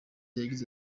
yagize